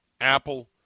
Apple